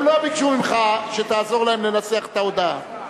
הם לא ביקשו ממך שתעזור להם לנסח את ההודעה.